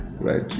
right